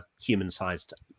human-sized